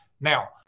Now